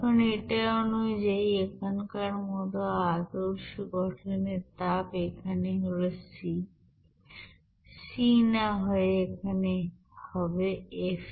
এখন এটা অনুযায়ী এখানকার মতো আদর্শ গঠনের তাপ এখানে হল c c না হয়ে এখানে হবে f